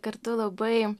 kartu labai